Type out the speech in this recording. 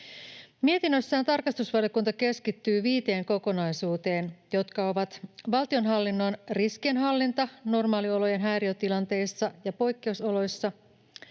Mietinnössään tarkastusvaliokunta keskittyy viiteen kokonaisuuteen, jotka ovat valtionhallinnon riskienhallinta normaaliolojen häiriötilanteissa ja poikkeusoloissa,